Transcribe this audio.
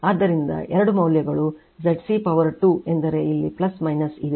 ಆದ್ದರಿಂದ ಎರಡು ಮೌಲ್ಯಗಳು ZC ಪವರ್ 2 ಎಂದರೆ ಇಲ್ಲಿ ಇದೆ ಇದೆ